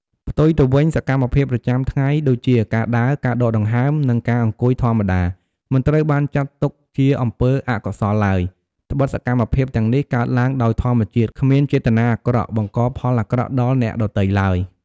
ផ្ទុយទៅវិញ សកម្មភាពប្រចាំថ្ងៃដូចជា ការដើរ ការដកដង្ហើម និងការអង្គុយធម្មតា មិនត្រូវបានចាត់ទុកជាអំពើអកុសលឡើយ ដ្បិតសកម្មភាពទាំងនេះកើតឡើងដោយធម្មជាតិ គ្មានចេតនាអាក្រក់ បង្កផលអាក្រក់ដល់អ្នកដទៃឡើយ។